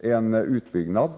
en utbyggnad.